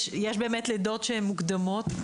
באמת יש לידות שהן מוקדמות,